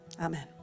amen